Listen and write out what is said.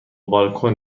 بالکن